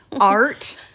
art